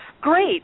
great